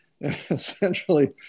essentially